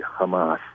Hamas